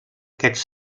aquests